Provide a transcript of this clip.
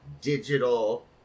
digital